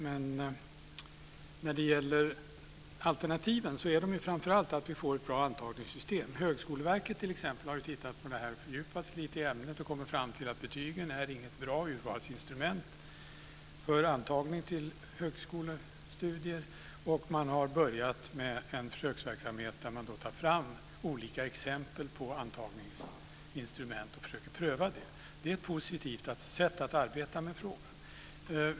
Men när det gäller alternativen är de framför allt att vi får ett bra antagningssystem. Högskoleverket har tittat närmare på det här och fördjupat sig lite i ämnet. Man har kommit fram till att betygen inte är något bra urvalsinstrument för antagning till högskolestudier. Man har börjat en försöksverksamhet där man tar fram olika exempel på antagningsinstrument och försöker pröva dem. Det är ett positivt sätt att arbeta med frågan.